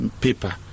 paper